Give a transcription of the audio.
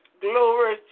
Glory